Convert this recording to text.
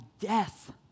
death